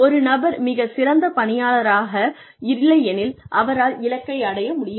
ஒரு நபர் மிகச் சிறந்த பணியாளராக இல்லையெனில் அவரால் இலக்கை அடைய முடியாது